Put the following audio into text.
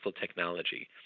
technology